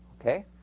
Okay